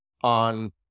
on